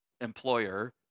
employer